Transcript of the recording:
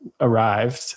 arrived